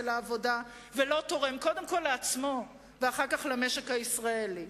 לעבודה ולא תורם קודם כול לעצמו ואחר כך למשק הישראלי,